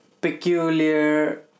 peculiar